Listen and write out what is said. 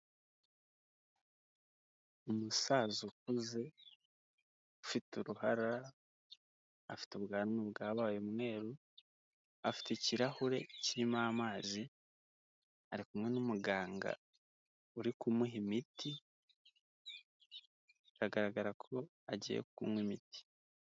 Umusaza ukuze ufite uruhara, afite ubwanwa bwabaye umweru, afite ikirahure kirimo amazi, ari kumwe n'umuganga uri kumuha imiti, biragaragara ko agiye kunywa imiti.